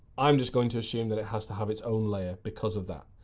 i'm just going to assume that it has to have its own layer because of that.